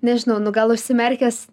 nežinau nu gal užsimerkęs